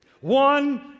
One